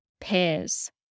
pairs